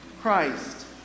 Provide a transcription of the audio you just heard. Christ